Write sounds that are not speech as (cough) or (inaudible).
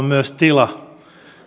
(unintelligible) myös tila